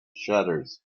shutters